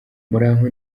muraho